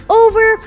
over